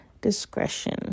discretion